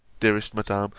dearest madam,